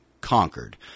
conquered